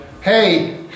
hey